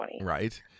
Right